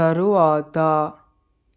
తరువాత